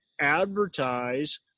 advertise